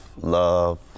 love